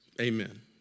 amen